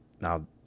now